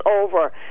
over